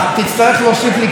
אדוני היושב-ראש.